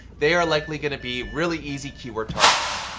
they are likely going to be really easy keyword targets.